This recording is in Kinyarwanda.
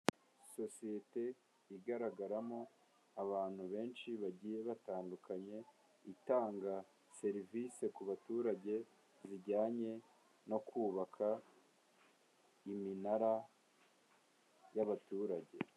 Sosiyete igaragaramo abantu benshi bagiye batandukanye, itanga serivisi ku baturage zijyanye no kubaka iminara y'abaturage.